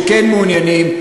שכן מעוניינים,